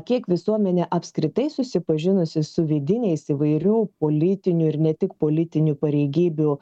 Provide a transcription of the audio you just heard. kiek visuomenė apskritai susipažinusi su vidiniais įvairių politinių ir ne tik politinių pareigybių